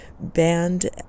band